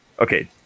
Okay